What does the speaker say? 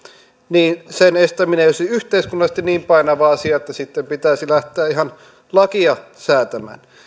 niin sen estäminen ei olisi yhteiskunnallisesti niin painava asia että pitäisi lähteä ihan lakia säätämään